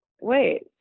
wait